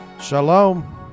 Shalom